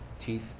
teeth